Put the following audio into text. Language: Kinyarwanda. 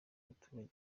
umuturage